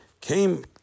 Came